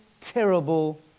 terrible